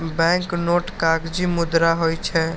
banknote कागजी मुद्रा होइ छै